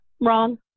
wrong